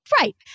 Right